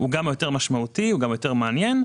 שהוא גם יותר משמעותי וגם יותר מעניין,